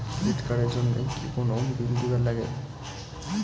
Credit card এর জন্যে কি কোনো বিল দিবার লাগে?